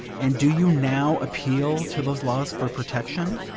and do you now appeal to those laws for protection?